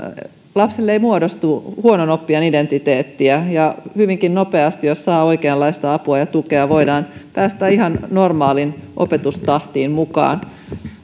lapselle ei muodostu huonon oppijan identiteettiä ja hyvinkin nopeasti jos saa oikeanlaista apua ja tukea voidaan päästä ihan normaaliin opetustahtiin mukaan